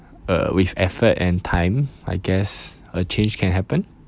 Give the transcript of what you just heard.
uh with effort and time I guess a change can happen